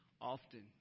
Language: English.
often